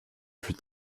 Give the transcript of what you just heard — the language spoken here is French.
fut